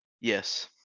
Yes